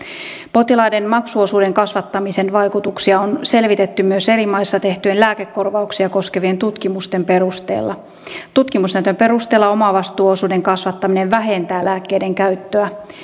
potilaiden maksuosuuden kasvattamisen vaikutuksia on selvitetty myös eri maissa tehtyjen lääkekorvauksia koskevien tutkimusten perusteella tutkimusnäytön perusteella omavastuuosuuden kasvattaminen vähentää lääkkeiden käyttöä